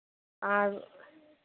ᱟᱨ